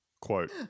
Quote